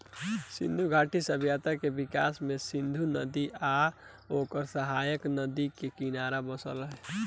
सिंधु घाटी सभ्यता के विकास भी सिंधु नदी आ ओकर सहायक नदियन के किनारे बसल रहे